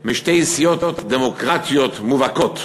משתי סיעות דמוקרטיות מובהקות: